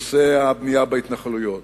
בנושא הבנייה בהתנחלויות.